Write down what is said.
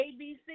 ABC